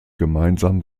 gemeinsam